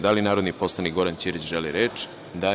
Da li narodni poslanik Goran Ćirić želi reč?